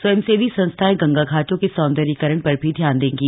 स्वयंसेवी संस्थाएं गंगा घाटों के सौंदर्यीकरण र भी ध्यान देंगे